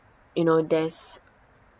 you know there's